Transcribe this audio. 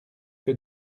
que